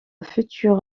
futur